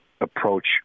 approach